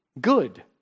good